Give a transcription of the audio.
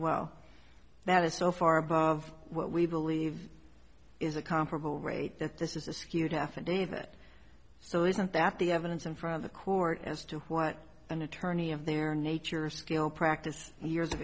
well that is so far above what we believe is a comparable rate that this is a skewed affidavit so isn't that the evidence in front of the court as to what an attorney of their nature skill practice years of